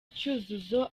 cyuzuzo